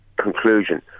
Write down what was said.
conclusion